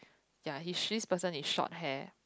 ya he she's person is short hair